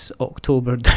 October